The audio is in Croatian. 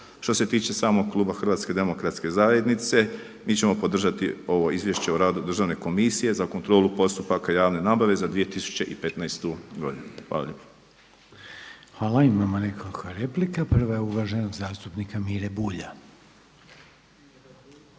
Što se tiče samog kluba HDZ-a mi ćemo podržati ovo izvješće o radu Državne komisije za kontrolu postupaka javne nabave za 2015. godinu. Hvala lijepa. **Reiner, Željko (HDZ)** Hvala. Imamo nekoliko replika. Prva je uvaženog zastupnika Mire Bulja.